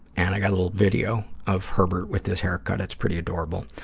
and i got a little video of herbert with his haircut. it's pretty adorable.